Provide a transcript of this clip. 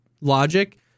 logic